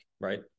Right